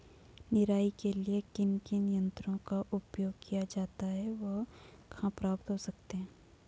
निराई के लिए किन किन यंत्रों का उपयोग किया जाता है वह कहाँ प्राप्त हो सकते हैं?